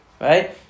Right